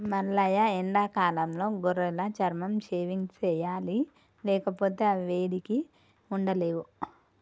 మల్లయ్య ఎండాకాలంలో గొర్రెల చర్మం షేవింగ్ సెయ్యాలి లేకపోతే అవి వేడికి ఉండలేవు